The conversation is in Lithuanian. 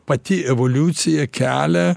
pati evoliucija kelia